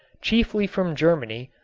chiefly from germany,